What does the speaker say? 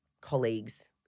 colleagues